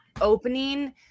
opening